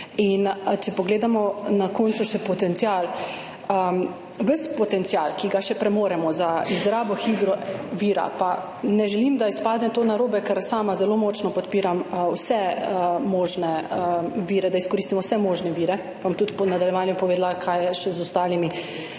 In če pogledamo na koncu še potencial. Ves potencial, ki ga še premoremo za izrabo hidrovira, pa ne želim, da izpade to narobe, ker sama zelo močno podpiram, da izkoristimo vse možne vire, bom tudi v nadaljevanju povedala, kaj je še z ostalimi